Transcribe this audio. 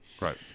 Right